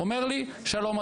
הוא אומר לי: שלום,